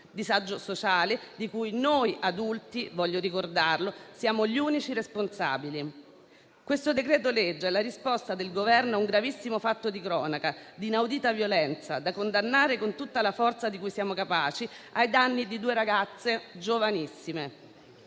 disagio sociale di cui noi adulti - voglio ricordarlo - siamo gli unici responsabili. Il decreto-legge al nostro esame è la risposta del Governo a un gravissimo fatto di cronaca, di inaudita violenza, da condannare con tutta la forza di cui siamo capaci, ai danni di due ragazze giovanissime;